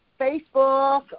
Facebook